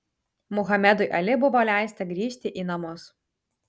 muhamedui ali buvo leista grįžti į namus